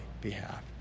behalf